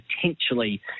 potentially